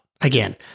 Again